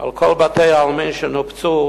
על כל בתי-העלמין שנופצו,